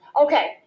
Okay